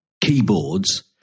keyboards